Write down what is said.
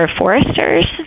foresters